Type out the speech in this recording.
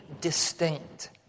distinct